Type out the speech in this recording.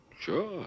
Sure